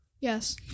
Yes